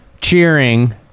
cheering